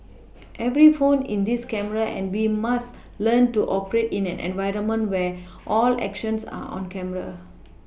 every phone in this camera and we must learn to operate in an environment where all actions are on camera